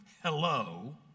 hello